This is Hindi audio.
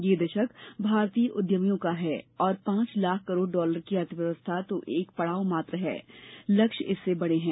यह दशक भारतीय उद्यमियों का है और पांच लाख करोड़ डॉलर की अर्थव्यवस्था तो एक पड़ाव मात्र है लक्ष्य इससे बड़े हैं